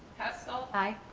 hessel. i.